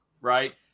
right